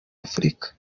afurika